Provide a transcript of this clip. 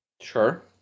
sure